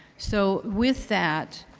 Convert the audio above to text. so with that,